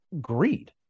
greed